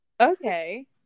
okay